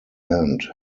end